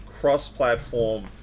cross-platform